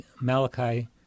Malachi